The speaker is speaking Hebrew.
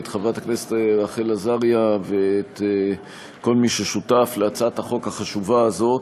לברך את חברת הכנסת רחל עזריה ואת כל מי ששותף להצעת החוק החשובה הזאת.